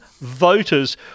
voters